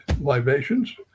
libations